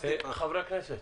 חברי הכנסת,